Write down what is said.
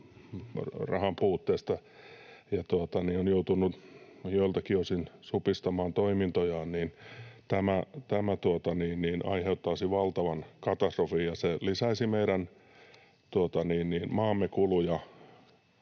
rahan puutteesta ja on joutunut joiltakin osin supistamaan toimintojaan, ja tämä aiheuttaisi valtavan katastrofin, ja se lisäisi meidän maamme kuluja.